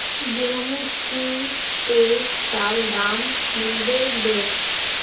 गेंहू की ये साल दाम मिलबे बे?